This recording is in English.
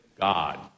God